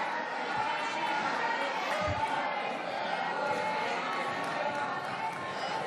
חוק-יסוד: הכנסת (תיקון מס'